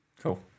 Cool